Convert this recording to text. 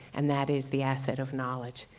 and that is the asset of knowledge.